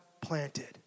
planted